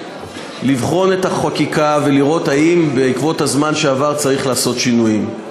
לבחון את החקיקה ולראות אם עקב הזמן שעבר צריך לעשות שינויים.